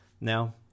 Now